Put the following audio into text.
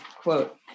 quote